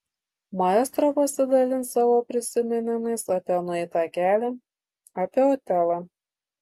maestro pasidalins savo prisiminimais apie nueitą kelią apie otelą